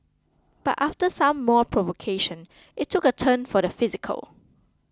but after some more provocation it took a turn for the physical